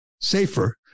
safer